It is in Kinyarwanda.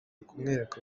kumwereka